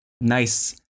nice